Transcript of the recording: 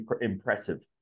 impressive